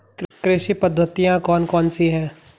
कृषि पद्धतियाँ कौन कौन सी हैं?